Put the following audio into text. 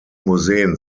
museen